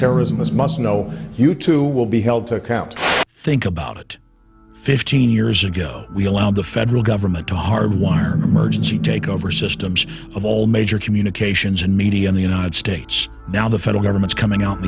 terrorism as must know you too will be held to account think about it fifteen years ago we allowed the federal government to hard wire merge to take over systems of all major communications and media in the united states now the federal government coming out in